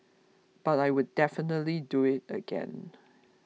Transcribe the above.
but I would definitely do it again